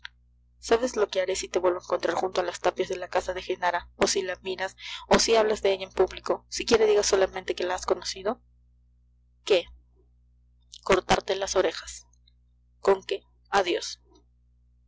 sabes lo que haré si te vuelvo a encontrar junto a las tapias de la casa de genara o si la miras o si hablas de ella en público siquiera digas solamente que la has conocido qué cortarte las orejas conque adiós